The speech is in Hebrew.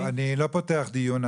אני לא פותח את הדיון,